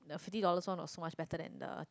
fifty dollars one was so much better than the